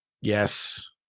Yes